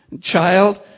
child